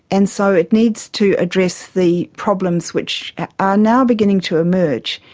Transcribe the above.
and so it needs to address the problems which are now beginning to emerge.